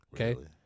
okay